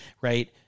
right